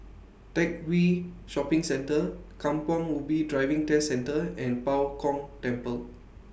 Teck Whye Shopping Centre Kampong Ubi Driving Test Centre and Bao Gong Temple